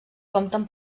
compten